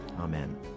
Amen